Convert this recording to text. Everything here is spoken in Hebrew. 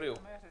הצבעה אושרה.